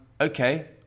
okay